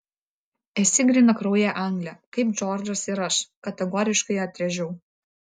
esi grynakraujė anglė kaip džordžas ir aš kategoriškai atrėžiau